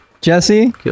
Jesse